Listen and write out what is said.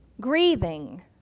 grieving